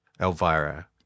Elvira